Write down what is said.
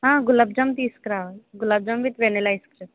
గులాబ్జామ్ తీస్కురావాలి gulab jamun with vanilla ice cream